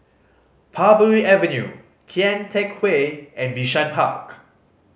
Parbury Avenue Kian Teck Way and Bishan Park